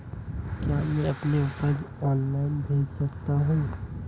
क्या मैं अपनी उपज ऑनलाइन बेच सकता हूँ?